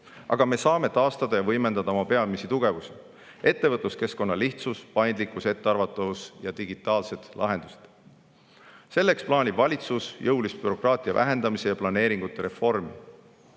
aga me saame taastada ja võimendada oma peamisi tugevusi: ettevõtluskeskkonna lihtsus, paindlikkus, ettearvatavus ja digitaalsed lahendused. Selleks plaanib valitsus jõulist bürokraatia vähendamise ja planeeringute reformi.